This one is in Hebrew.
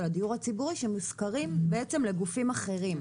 הדיור הציבורי שמושכרות לגופים אחרים.